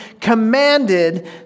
commanded